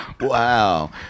Wow